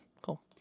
Cool